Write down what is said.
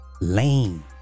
lame